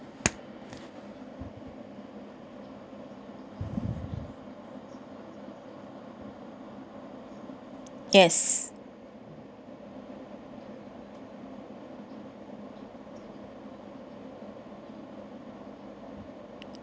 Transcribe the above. yes